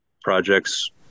projects